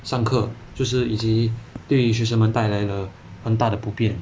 上课就是以及对学生们带来了很大的不便